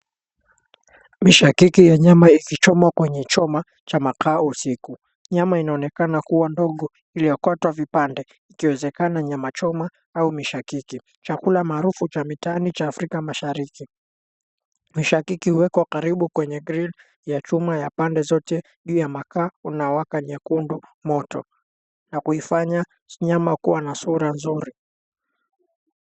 Mishakiki ya nyama ikichomwa kwenye choma cha makaa usiku. Nyama inaonekana kuwa ndogo iliyokatwa vipande, ikiwezekana nyama choma au mishakiki, chakula maarufu cha mitaani cha Afrika Mashariki. Mishakiki huwekwa karibu kwenye grill ya chuma ya pande zote juu ya makaa unaowaka nyekundu moto na kuifanya nyama kuwa na sura nzuri.